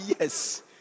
Yes